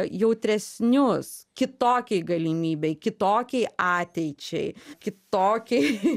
jautresnius kitokiai galimybei kitokiai ateičiai kitokiai